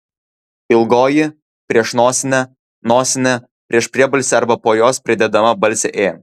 ilgoji prieš nosinę nosinė prieš priebalsę arba po jos pridedama balsė ė